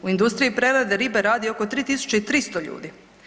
U industriji prerade ribe radi oko 3300 ljudi.